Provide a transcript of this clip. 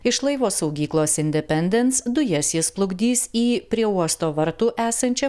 iš laivo saugyklos independens dujas jis plukdys į prie uosto vartų esančią